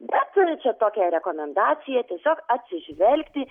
bet čia tokia rekomendacija tiesiog atsižvelgti